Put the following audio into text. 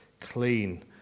clean